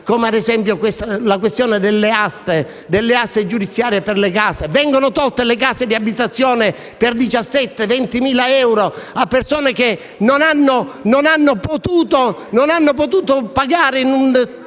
Cito, ad esempio, la questione delle aste giudiziarie per le case. Vengono tolte le case ad uso abitativo per 17-20.000 euro a persone che non hanno potuto pagare, in un